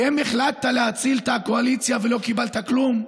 כי אם החלטת להציל את הקואליציה ולא קיבלת כלום,